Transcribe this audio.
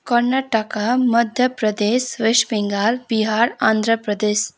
Karnataka Madhya Pradesh west Bengal Bihar Andhra Pradesh